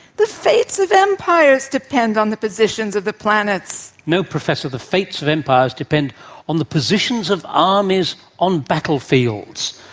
the fates of empires depend on the positions of the planets. no, professor, the fates of empires depend on the positions of um armies on battlefields.